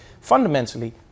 Fundamentally